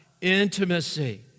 intimacy